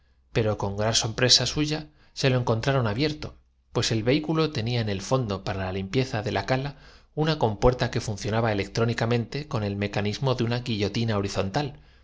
pero con gran sorpresa suya atrás se lo encontraron abierto pues el vehículo tenía en el digo y tú que erez tan echada para adelante fondo para la limpieza de la cala una compuerta que i luyamos repetía luís apercibiéndose de que la funcionaba eléctricamente con el mecanismo de una